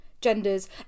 genders